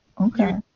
okay